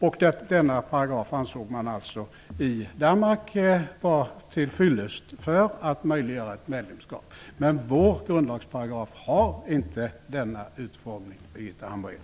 I Danmark ansåg man att denna paragraf var till fyllest för att möjliggöra ett medlemskap. Men vår grundlagsparagraf har inte denna utformning,